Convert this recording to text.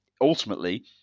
ultimately